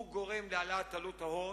הוא גורם להעלאת עלות ההון,